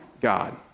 God